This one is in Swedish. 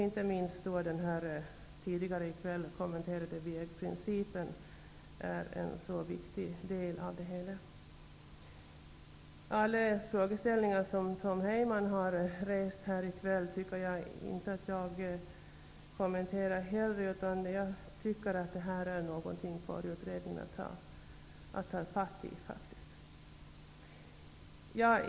Inte minst den tidigare i kväll kommenterade vägprincipen är en viktig del i detta. Jag vill inte heller kommentera alla de frågeställningar som Tom Heyman har rest här i kväll. Jag tycker att utredningen får ta fatt i de frågorna.